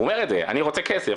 הוא אומר את זה: אני רוצה כסף,